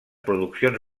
produccions